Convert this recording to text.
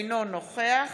אינו נוכח